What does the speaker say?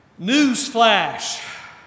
Newsflash